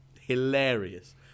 hilarious